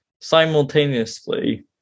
simultaneously